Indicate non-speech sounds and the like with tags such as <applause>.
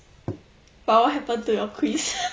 but what happened to your quiz <laughs>